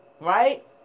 right